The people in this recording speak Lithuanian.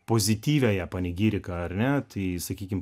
pozityviąją panegiriką ar ne tai sakykim